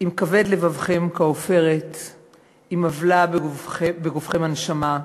"אם כבד לבבכם כעופרת / אם אבלה בגופכם הנשמה,